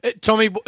Tommy